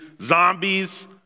zombies